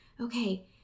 okay